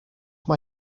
mae